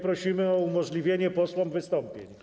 Prosimy o umożliwienie posłom wystąpień.